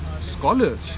scholars